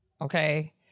okay